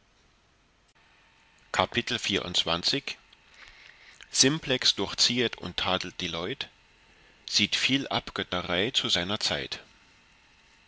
simplex durchziehet und tadelt die leut sieht viel abgötterei zu seiner zeit